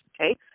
Okay